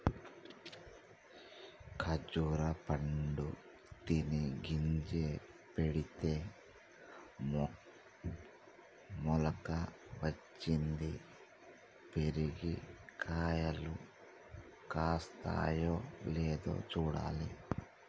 ఖర్జురా పండు తిని గింజ పెడితే మొలక వచ్చింది, పెరిగి కాయలు కాస్తాయో లేదో చూడాలి